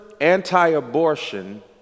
anti-abortion